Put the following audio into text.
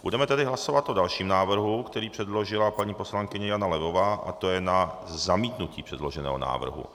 Budeme tedy hlasovat o dalším návrhu, který předložila paní poslankyně Jana Levová, a to je na zamítnutí předloženého návrhu.